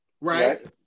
right